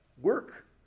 Work